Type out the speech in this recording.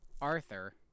Arthur